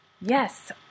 Yes